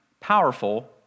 powerful